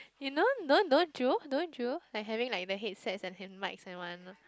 you know don't don't you don't you like having like the headsets and hand mics in one